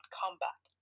combat